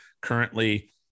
currently